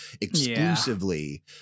exclusively